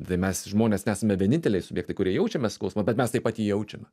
tai mes žmonės nesame vieninteliai subjektai kurie jaučiame skausmą bet mes taip pat jį jaučiame